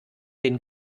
den